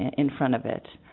in front of it